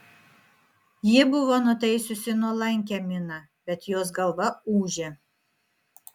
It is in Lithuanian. ji buvo nutaisiusi nuolankią miną bet jos galva ūžė